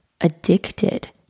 addicted